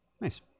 Nice